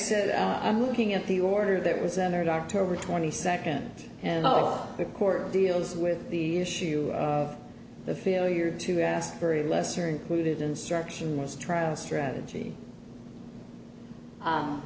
said i'm looking at the order that was entered october twenty second and all the court deals with the issue of the failure to ask very lesser included instruction was trial strategy